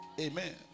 Amen